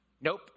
Nope